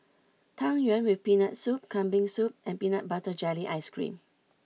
Tang Yuen with Peanut Soup Kambing Soup and Peanut butter Jelly Ice Cream